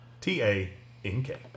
T-A-N-K